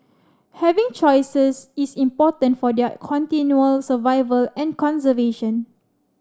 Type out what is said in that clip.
having choices is important for their continual survival and conservation